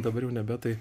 dabar jau nebe tai